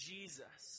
Jesus